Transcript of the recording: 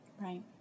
Right